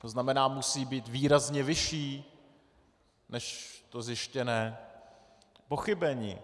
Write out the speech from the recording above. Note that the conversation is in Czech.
To znamená, musí být výrazně vyšší než to zjištěné pochybení.